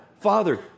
Father